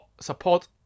support